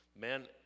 man